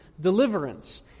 deliverance